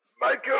Michael